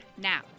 Now